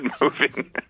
moving